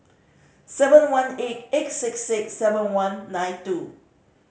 seven one eight eight six six seven one nine two